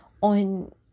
on